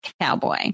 Cowboy